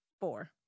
four